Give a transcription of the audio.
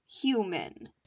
human